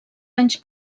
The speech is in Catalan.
anys